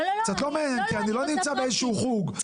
זה לא מעניין אותי, אני לא נמצא באיזה שהוא חוג.